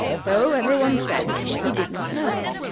so every one said he did not know,